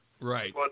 right